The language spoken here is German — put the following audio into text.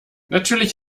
natürlich